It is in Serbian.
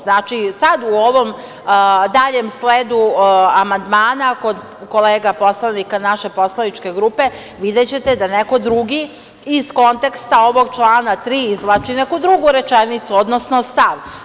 Znači, sad u ovom daljem sledu amandmana kod kolega poslanika naše poslaničke grupe videćete da neko drugi iz konteksta ovog člana 3. izvlači neku drugu rečenicu, odnosno stav.